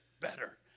better